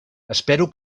espero